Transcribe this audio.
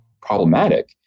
problematic